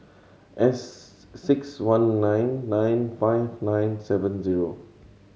S six one nine nine five nine seven zero